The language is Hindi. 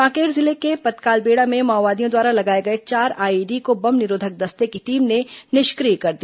कांकेर जिले के पतकालबेड़ा में माओवादियों द्वारा लगाए गए चार आईईडी को बम निरोधक दस्ते की टीम ने निष्क्रिय कर दिया